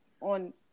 on